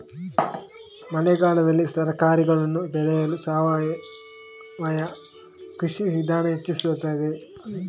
ಮಳೆಗಾಲದಲ್ಲಿ ತರಕಾರಿಗಳನ್ನು ಬೆಳೆಯಲು ಸಾವಯವ ಕೃಷಿಯ ವಿಧಾನ ಹೆಚ್ಚಿಸುತ್ತದೆ?